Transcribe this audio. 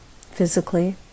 physically